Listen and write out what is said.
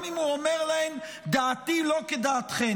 גם אם הוא אומר להן: דעתי לא כדעתכן.